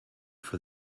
for